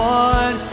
one